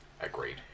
Agreed